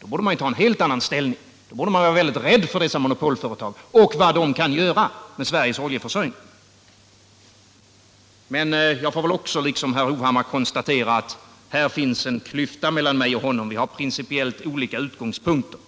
borde man ta en helt annan ställning — då borde man vara väldigt rädd för dessa monopolföretag och vad de kan göra med Sveriges oljeförsörjning. Men jag får väl också, liksom herr Hovhammar, konstatera att det finns en klyfta mellan mig och honom. Vi har principiellt olika utgångs punkter.